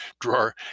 drawer